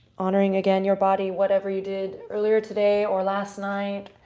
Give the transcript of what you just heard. honoring, again, your body. whatever you did earlier today or last night.